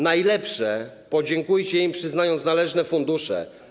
Najlepiej podziękujcie im, przyznając należne fundusze.